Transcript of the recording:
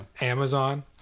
amazon